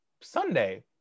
Sunday